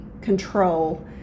control